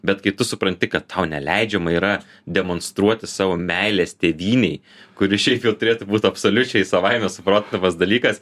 bet kai tu supranti kad tau neleidžiama yra demonstruoti savo meilės tėvynei kuri šiaip jau turėtų būt absoliučiai savaime suprantamas dalykas